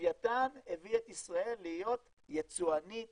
לווייתן הביא את ישראל להיות יצואנית